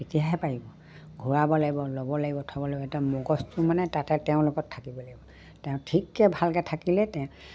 তেতিয়াহে পাৰিব ঘূৰাব লাগিব ল'ব লাগিব থ'ব লাগিব একদম মগজটো মানে তাতে তেওঁৰ লগত থাকিব লাগিব তেওঁ ঠিককৈ ভালকৈ থাকিলে তেওঁ